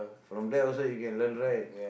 from them also you can learn right